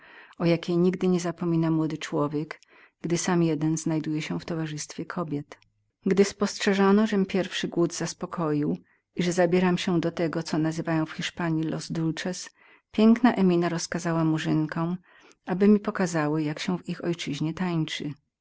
o jakim nigdy niezapomina młody człowiek gdy sam jeden znajduje się w towarzystwie kobiet gdy spostrzeżono żem pierwszy głód zaspokoił i że zabierałem się do tego co nazywają w hiszpanji las dolces piękna emina rozkazała murzynkom aby mi pokazały jak w ich ojczyźnie tańcują